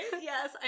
Yes